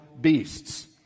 beasts